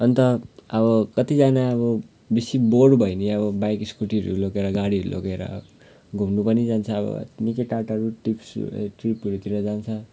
अन्त अब कतिजना अब बेसी बोर भयो भने अब बाइक स्कुटीहरू लगेर गाडीहरू लगेर घुम्नु पनि जान्छ अब निकै टाढ् टाढो ट्रिप्स ए ट्रिपहरूतिर जान्छ